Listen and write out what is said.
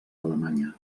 alemanya